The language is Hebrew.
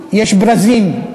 יש ברזים.